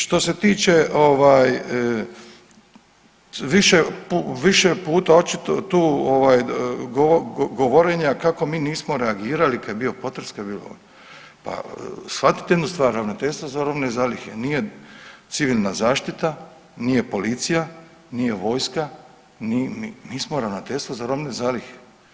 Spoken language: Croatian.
Što se tiče ovaj više, više puta očito tu ovaj govorenja kako mi nismo reagirali kad je bio potres kad je bilo …/nerazumljivo/…, pa shvatite jednu stvar ravnateljstvo za robne zalihe nije civilna zaštita, nije policija, nije vojska, mi smo ravnateljstvo za robne zalihe.